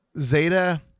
Zeta